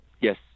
yes